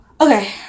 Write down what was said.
Okay